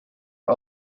are